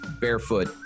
Barefoot